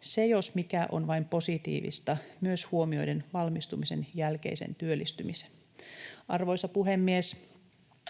Se, jos mikä, on vain positiivista, myös huomioiden valmistumisen jälkeisen työllistymisen. Arvoisa puhemies!